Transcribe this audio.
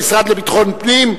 למשרד לביטחון הפנים.